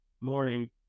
morning